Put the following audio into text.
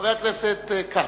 חבר הכנסת כץ.